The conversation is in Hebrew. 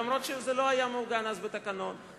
למרות שזה לא היה מעוגן בתקנון אז.